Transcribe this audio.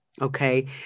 okay